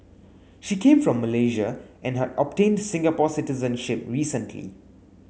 she came from Malaysia and had obtained Singapore citizenship recently